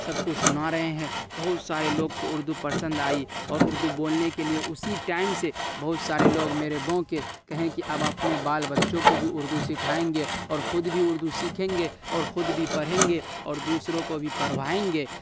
سب کو سنا رہے ہیں بہت سارے لوگ کو اردو پسند آئی اور اردو بولنے کے لیے اسی ٹائم سے بہت سارے لوگ میرے گاؤں کے کہیں کہ اب آپ بال بچوں کو بھی اردو سکھائیں گے اور خود بھی اردو سیکھیں گے اور خود بھی پڑھیں گے اور دوسروں کو بھی پڑھوائیں گے